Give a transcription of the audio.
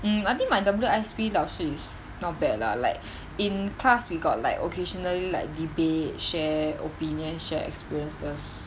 hmm I think my W_I_S_P 老师 is not bad lah like in class we got like occasionally like debate share opinion share experiences